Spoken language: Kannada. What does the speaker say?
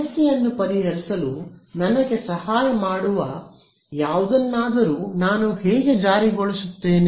ಸಮಸ್ಯೆಯನ್ನು ಪರಿಹರಿಸಲು ನನಗೆ ಸಹಾಯ ಮಾಡುವ ಯಾವುದನ್ನಾದರೂ ನಾನು ಹೇಗೆ ಜಾರಿಗೊಳಿಸುತ್ತೇನೆ